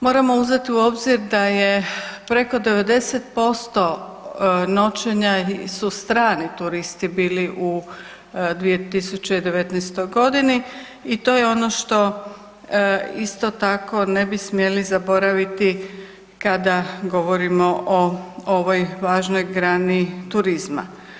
Moramo uzeti u obzir da je preko 90% noćenja su strani turisti bili u 2019.g. i to je ono što isto tako ne bi smjeli zaboraviti kada govorimo o ovoj važnoj grani turizma.